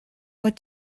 what